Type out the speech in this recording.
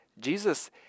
Jesus